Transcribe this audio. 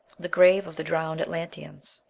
the grave of the drowned atlanteans.